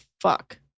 fuck